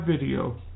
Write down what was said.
video